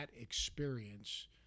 experience